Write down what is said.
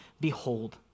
behold